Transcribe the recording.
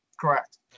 correct